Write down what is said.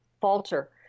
falter